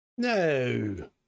No